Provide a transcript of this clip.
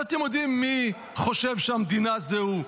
אבל אתם יודעים מי חושב שהמדינה זה הוא.